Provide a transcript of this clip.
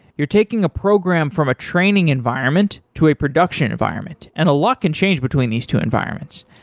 you're taking a program from a training environment to a production environment, and a lot can change between these two environments.